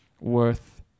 worth